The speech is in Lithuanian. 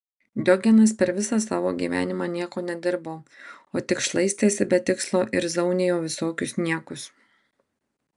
diogenas per visą savo gyvenimą nieko nedirbo o tik šlaistėsi be tikslo ir zaunijo visokius niekus